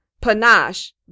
panache